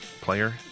player